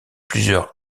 plusieurs